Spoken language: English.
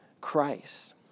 Christ